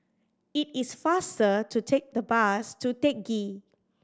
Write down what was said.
it is faster to take the bus to Teck Ghee